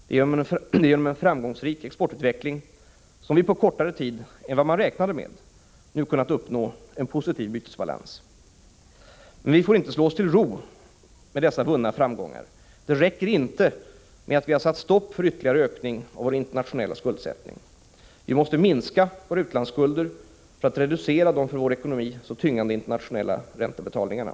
Det är genom en framgångsrik exportutveckling som vi på kortare tid än vad man räknade med nu kunnat uppnå en positiv bytesbalans. Men vi får inte slå oss till ro med dessa vunna framgångar. Det räcker inte med att vi har satt stopp för ytterligare ökning av vår internationella skuldsättning. Vi måste minska våra utlandsskulder för att reducera de för vår ekonomi så tyngande internationella räntebetalningarna.